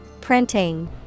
Printing